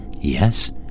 Yes